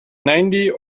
ninety